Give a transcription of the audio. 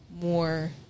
more